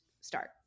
start